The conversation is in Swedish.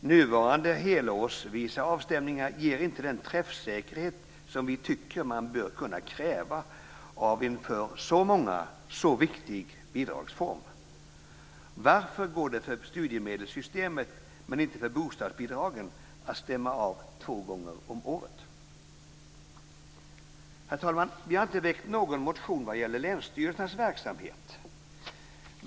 Nuvarande helårsvisa avstämningar ger inte den träffsäkerhet som vi tycker att man bör kunna kräva av en för så många så viktig bidragsform. Varför går det att stämma av två gånger om året när det gäller studiemedelssystemet men inte när det gäller bostadsbidragen? Herr talman! Vi har inte väckt någon motion vad gäller länsstyrelsernas verksamhet.